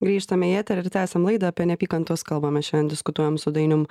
grįžtame į eterį ir tęsiam laidą apie neapykantos kalbą mes šiandien diskutuojam su dainium